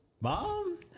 mom